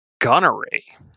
gunnery